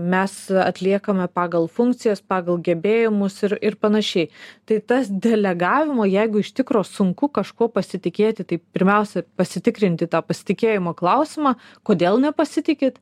mes atliekame pagal funkcijas pagal gebėjimus ir ir panašiai tai tas delegavimo jeigu iš tikro sunku kažkuo pasitikėti tai pirmiausia pasitikrinti tą pasitikėjimo klausimą kodėl nepasitikit